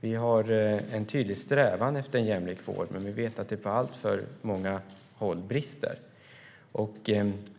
Vi har en tydlig strävan efter en jämlik vård. Men vi vet att det på alltför många håll brister.